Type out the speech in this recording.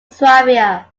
swabia